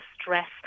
stress